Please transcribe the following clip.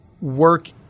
work